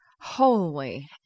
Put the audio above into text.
Holy